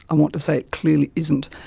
i want to say clearly isn't.